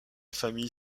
famille